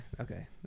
okay